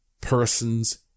person's